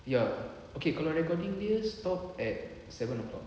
ya okay kalau recording dia stop at seven o'clock